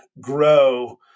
grow